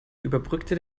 überbrückte